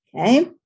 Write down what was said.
Okay